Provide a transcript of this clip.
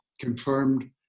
confirmed